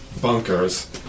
bunkers